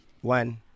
One